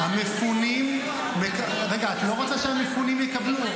המפונים, רגע, את לא רוצה שהמפונים יקבלו?